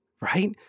Right